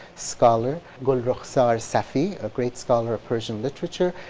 scholar, gulrukhsor safi, a great scholar of persian literature.